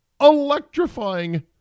electrifying